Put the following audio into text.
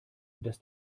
dass